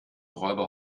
räuber